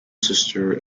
sister